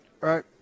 right